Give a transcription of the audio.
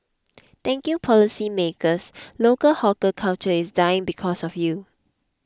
thank you policymakers local hawker culture is dying because of you